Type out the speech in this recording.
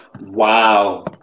Wow